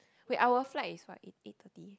wait our flight is what eight eight thirty